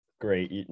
great